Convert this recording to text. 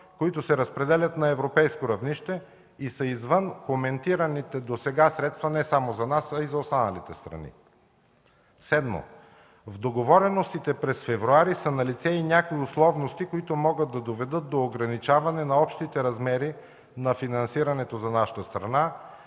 които се разпределят на европейско равнище, и са извън коментираните досега средства – не само за нас, но и за останалите страни. Седмо, в договореностите през февруари са налице и някои условности, които могат да доведат до ограничаване на общите размери на финансирането за нашата страна,